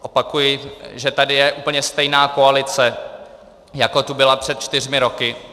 Opakuji, že tady je úplně stejná koalice, jako tu byla před čtyřmi roky.